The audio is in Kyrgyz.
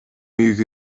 үйгө